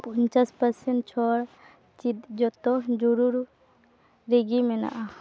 ᱯᱚᱧᱪᱟᱥ ᱯᱟᱨᱥᱮᱱᱴ ᱪᱷᱟᱹᱲ ᱪᱮᱫ ᱡᱚᱛᱚ ᱡᱩᱲᱟᱹᱣ ᱨᱮᱜᱮ ᱢᱮᱱᱟᱜᱼᱟ